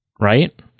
Right